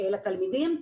לתלמידים.